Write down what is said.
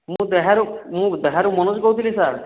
ମୁଁ ଦେହାରୁ ମୁଁ ଦେହାରୁ ମନୋଜ କହୁଥିଲି ସାର୍